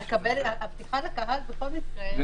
הפתיחה לקהל בכל מקרה,